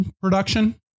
production